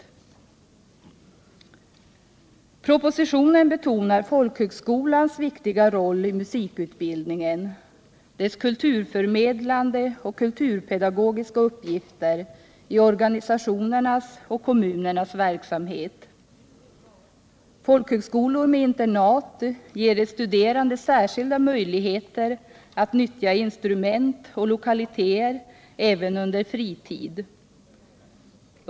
I propositionen betonas folkhögskolans viktiga roll i musikutbildningen, dess kulturförmedlande och kulturpedagogiska uppgifter i organi ger de studerande särskilda möjligheter att nyttja instrument och lo Tisdagen den kaliteter även under fritid.